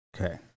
Okay